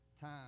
Time